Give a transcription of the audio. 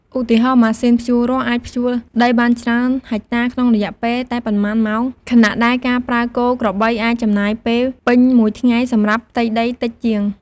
ឧទាហរណ៍ ម៉ាស៊ីនភ្ជួររាស់អាចភ្ជួរដីបានច្រើនហិកតាក្នុងរយៈពេលតែប៉ុន្មានម៉ោង ខណៈដែលការប្រើគោក្របីអាចចំណាយពេលពេញមួយថ្ងៃសម្រាប់ផ្ទៃដីតិចជាង។